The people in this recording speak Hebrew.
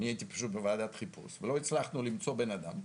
ולא הצלחנו למצוא בן אדם.